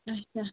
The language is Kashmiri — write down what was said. اَچھا